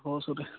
অঁ ওচৰতে